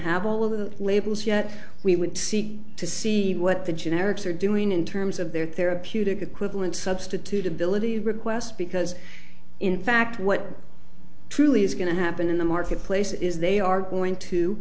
have all of the labels yet we would see to see what the generics are doing in terms of their therapeutic equivalent substitutability request because in fact what truly is going to happen in the marketplace is they are going to